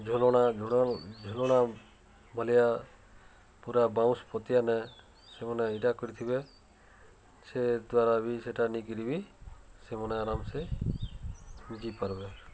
ଝୁଲଣା ଝୁଲଣା ଭଲିଆ ପୁରା ବାଉଁଶ୍ ପତିଆନେ ସେମାନେ ଇଟା କରିଥିବେ ସେ ଦ୍ୱାରା ବି ସେଟା ନେଇକିରି ବିି ସେମାନେ ଆରାମସେ ଯି ପାରବେ